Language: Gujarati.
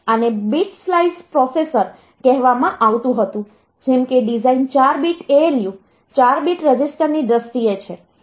આને બીટ સ્લાઈસ્ડ પ્રોસેસર કહેવામાં આવતું હતું જેમ કે ડિઝાઇન 4 બીટ ALU 4 બીટ રજીસ્ટરની દ્રષ્ટિએ છે